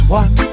one